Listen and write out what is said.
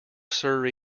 sir